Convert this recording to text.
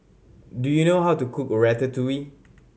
do you know how to cook Ratatouille